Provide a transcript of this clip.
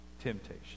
temptation